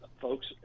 folks